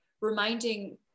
reminding